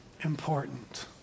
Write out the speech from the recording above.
important